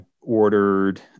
ordered